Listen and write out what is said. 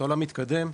העולם מתקדם.